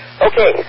Okay